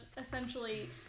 essentially